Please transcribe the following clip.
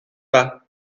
pas